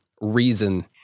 reason